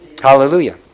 Hallelujah